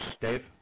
Dave